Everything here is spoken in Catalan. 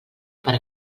per